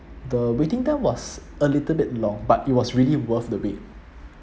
the waiting time was a little bit long but it was really worth the wait